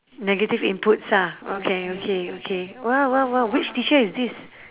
negative inputs ah okay okay okay !wow! !wow! !wow! which teacher is this